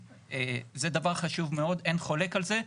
וזה דבר חשוב מאוד, אין חולק על זה.